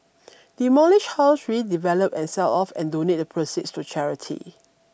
demolish house redevelop and sell off and donate the proceeds to charity